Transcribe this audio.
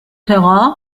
terrain